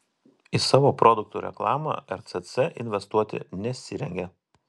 į savo produktų reklamą rcc investuoti nesirengia